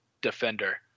defender